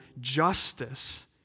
justice